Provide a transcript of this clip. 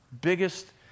Biggest